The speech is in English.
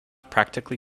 practically